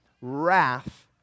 wrath